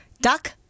duck